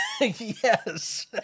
Yes